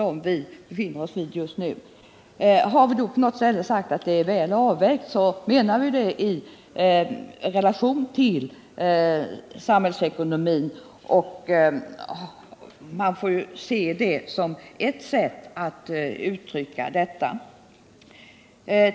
Har vi på något ställe sagt att förslaget är väl avvägt menar vi att det är väl avvägt i relation till samhällsekonomin — och det är vårt sätt att uttrycka detta.